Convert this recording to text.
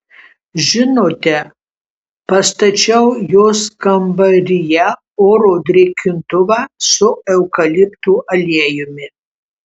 žinote pastačiau jos kambaryje oro drėkintuvą su eukaliptų aliejumi